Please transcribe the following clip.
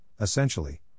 essentially